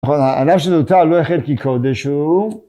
נכון, הלב של אותה לא יחד כי קודש הוא.